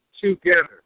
together